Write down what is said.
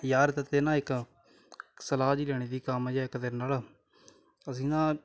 ਯਾਰ ਤੇਰੇ ਤੇ ਨਾ ਇੱਕ ਸਲਾਹ ਜਿਹੀ ਲੈਣੀ ਸੀ ਕੰਮ ਜਾ ਇੱਕ ਤੇਰੇ ਨਾਲ ਅਸੀਂ ਨਾ